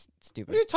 stupid